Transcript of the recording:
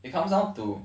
it comes down to